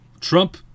Trump